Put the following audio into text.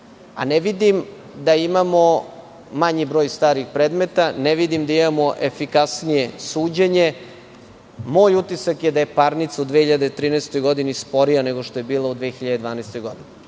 a ne vidim da imamo manji broj starih predmeta, ne vidim da imamo efikasnije suđenje. Moj utisak je da je parnica u 2013. godini sporija, nego što je bila u 2012. godini. Šta